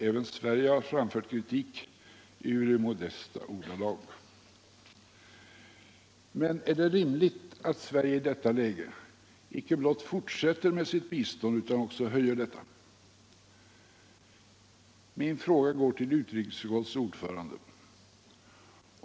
Även Sverige har framfört kritik, ehuru i modesta ordalag. Men är det rimligt att Sverige i detta läge icke blott fortsälter med sitt bistånd utan också höjer detta? Min fråga går till utrikesutskottets ordförande.